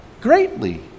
greatly